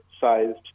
sized